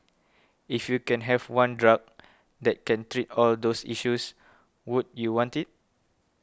if you can have one drug that can treat all those issues would you want it